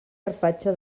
carpaccio